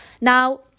Now